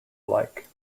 alike